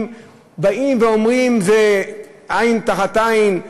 אולי באים ואומרים שזה עין תחת עין,